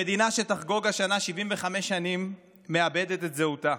המדינה שתחגוג השנה 75 שנים מאבדת את זהותה,